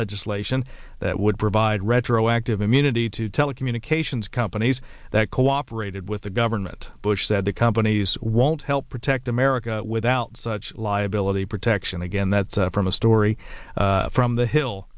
legislation that would provide retroactive immunity to telecommunications companies that cooperated with the government bush said the companies won't help protect america without such liability protection again that from a story from the hill